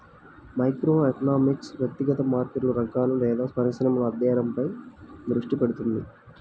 microeconomics వ్యక్తిగత మార్కెట్లు, రంగాలు లేదా పరిశ్రమల అధ్యయనంపై దృష్టి పెడుతుంది